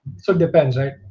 so depends right?